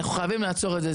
אנחנו חייבים לעצור את זה.